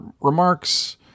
remarks